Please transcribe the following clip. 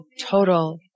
total